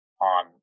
on